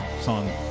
song